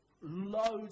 loads